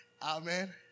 Amen